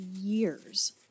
years